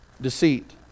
Deceit